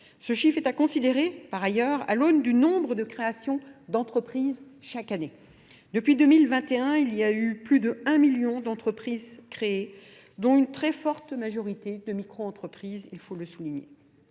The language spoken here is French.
Ce chiffre est à considérer, par ailleurs, à l'aune du nombre de créations d'entreprises chaque année. Depuis 2021, il y a eu plus de 1 million d'entreprises créées, dont une très forte majorité de micro-entreprises, il faut le souligner.